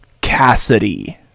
Cassidy